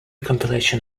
compilation